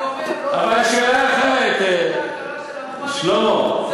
אבל השאלה אחרת, שלמה.